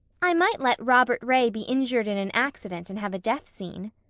i might let robert ray be injured in an accident and have a death scene.